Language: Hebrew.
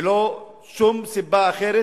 ולא שום סיבה אחרת,